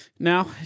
Now